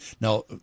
Now